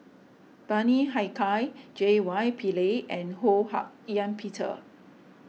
Bani Haykal J Y Pillay and Ho Hak Ean Peter